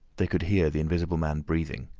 they could hear the invisible man breathing.